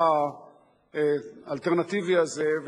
חברי חברי הכנסת,